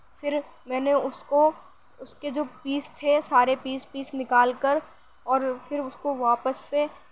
پھر میں نے اس کو اس کے جو پیس تھے سارے پیس پیس نکال کر اور پھر اس کو واپس سے